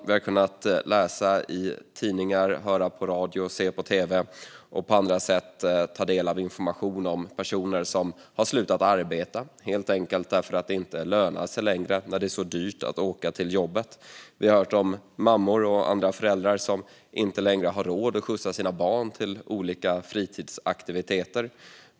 Vi har kunnat läsa i tidningar, höra på radio, se på tv och på andra sätt ta del av information om personer som har slutat arbeta, helt enkelt därför att det inte längre lönar sig när det är så dyrt att åka till jobbet. Vi har hört om föräldrar som inte längre har råd att skjutsa sina barn till olika fritidsaktiviteter.